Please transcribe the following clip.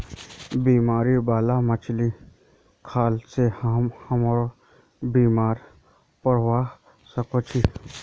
बीमारी बाला मछली खाल से हमरो बीमार पोरवा सके छि